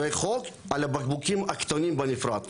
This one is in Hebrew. וחוק על הבקבוקים הקטנים בנפרד.